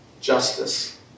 justice